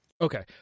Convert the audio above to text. Okay